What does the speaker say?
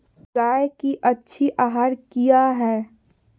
गाय के अच्छी आहार किया है?